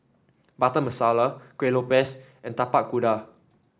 Butter Masala Kueh Lopes and Tapak Kuda